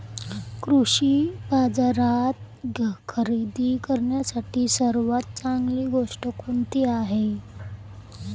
कृषी बाजारात खरेदी करण्यासाठी सर्वात चांगली गोष्ट कोणती आहे?